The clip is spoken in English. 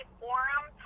forum